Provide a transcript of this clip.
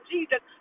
Jesus